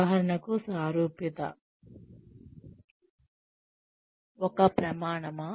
ఉదాహరణకు సారూప్యత ఒక ప్రమాణమా